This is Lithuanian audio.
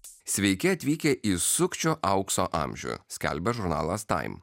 sveiki atvykę į sukčių aukso amžių skelbia žurnalas taim